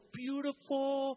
beautiful